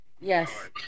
Yes